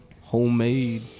homemade